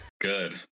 Good